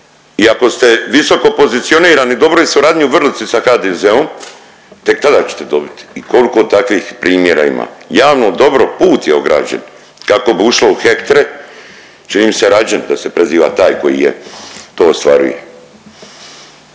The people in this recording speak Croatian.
i ako ste visoko pozicionirani u dobroj suradnji u Vrlici sa HDZ-om tek tada ćete dobiti i koliko takvih primjera ima. Javno dobro, put je ograđen, kako bi ušlo u hektre, čini mi se Rađen da se preziva taj koji je, to ostvaruje.